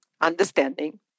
understanding